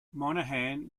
monahan